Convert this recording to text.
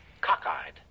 cockeyed